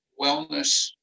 wellness